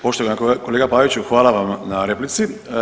Poštovani kolega Paviću hvala vam na replici.